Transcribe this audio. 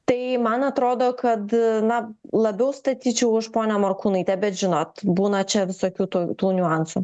tai man atrodo kad na labiau statyčiau už ponią morkūnaitę bet žinot būna čia visokių tų tų niuansų